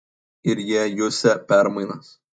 ir jie jusią permainas